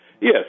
Yes